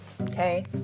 Okay